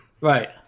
Right